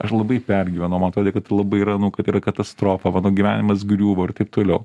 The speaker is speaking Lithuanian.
aš labai pergyvenau man atrodė kad tai yra nu kad yra katastrofa mano gyvenimas griūva ir taip toliau